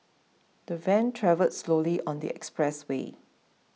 the van travelled slowly on the expressway